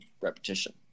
repetition